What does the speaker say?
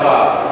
הדבר.